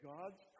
God's